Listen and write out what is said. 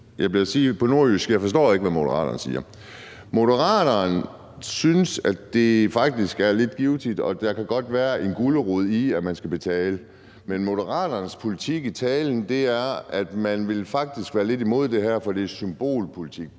jeg vil sige på nordjysk: Jeg forstår ikke, hvad Moderaterne siger. Moderaterne synes, at det faktisk er lidt givtigt, og at der godt kan være en gulerod i, at man skal betale. Men Moderaternes politik i talen er, at man faktisk vil være lidt imod det her, for det er symbolpolitik.